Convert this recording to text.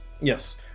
Yes